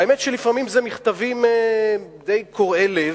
והאמת שלפעמים אלה מכתבים די קורעי לב.